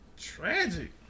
Tragic